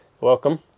welcome